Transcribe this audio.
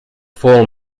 full